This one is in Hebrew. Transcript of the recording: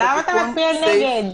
אבל גינזבורג,